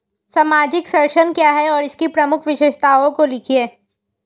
सामाजिक संरक्षण क्या है और इसकी प्रमुख विशेषताओं को लिखिए?